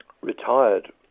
retired